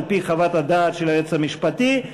על-פי חוות הדעת של היועץ המשפטי,